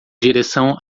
direção